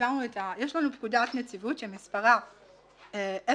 יש לנו פקודת נציבות שמספרה 040500